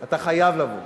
אתה חייב לבוא.